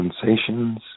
sensations